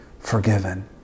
forgiven